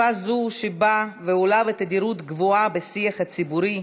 סוגיה חשובה זו שבה ועולה בתדירות גבוהה בשיח הציבורי,